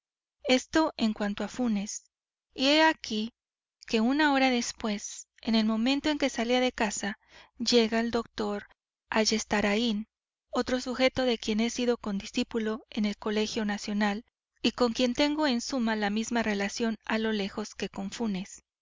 esto en cuanto a funes y he aquí que una hora después en el momento en que salía de casa llega el doctor ayestarain otro sujeto de quien he sido condiscípulo en el colegio nacional y con quien tengo en suma la misma relación a lo lejos que